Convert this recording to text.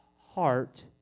heart